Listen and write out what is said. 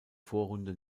vorrunde